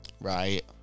right